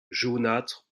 jaunâtre